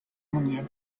mundial